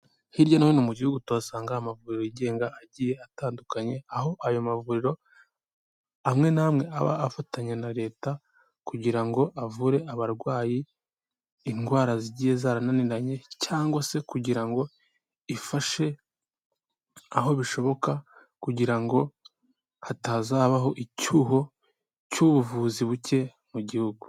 Hirya no hino mu gihugu tuhasanga amavuriro yigenga agiye atandukanye, aho ayo mavuriro amwe n'amwe aba afatanya na Leta kugira ngo avure abarwayi indwara zigiye zarananiranye cyangwa se kugira ngo ifashe aho bishoboka kugira ngo hatazabaho icyuho cy'ubuvuzi buke mu gihugu.